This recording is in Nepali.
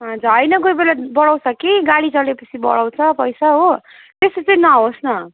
हुन्छ होइन कोही बेला बढाउँछ कि गाडी चलेपछि बढाउँछ पैसा हो त्यसो चाहिँ नहोस् न